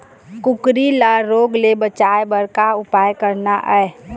कुकरी ला रोग ले बचाए बर का उपाय करना ये?